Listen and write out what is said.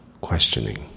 questioning